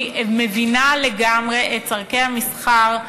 אני מבינה לגמרי את צורכי המסחר,